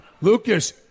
Lucas